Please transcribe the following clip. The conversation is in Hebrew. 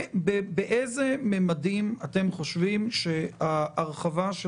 באיזה ממדים אתם חושבים שההרחבה של